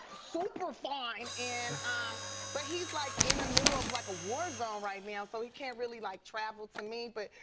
super fine. and but he's, like, in the middle of like a war zone right now, ah so he can't really, like, travel to me. but,